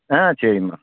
ஆ சரிம்மா